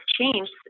changed